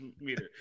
meter